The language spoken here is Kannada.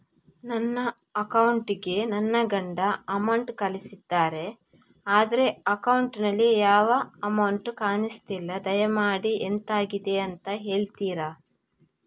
ನನ್ನ ಅಕೌಂಟ್ ಗೆ ನನ್ನ ಗಂಡ ಅಮೌಂಟ್ ಕಳ್ಸಿದ್ದಾರೆ ಆದ್ರೆ ಅಕೌಂಟ್ ನಲ್ಲಿ ಯಾವ ಅಮೌಂಟ್ ಕಾಣಿಸ್ತಿಲ್ಲ ದಯಮಾಡಿ ಎಂತಾಗಿದೆ ಅಂತ ಹೇಳ್ತೀರಾ?